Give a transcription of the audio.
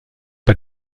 bei